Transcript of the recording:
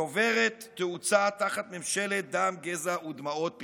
צוברת תאוצה פעילותם תחת ממשלת דם, גזע ודמעות.